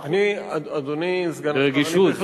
ברגישות,